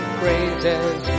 praises